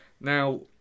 Now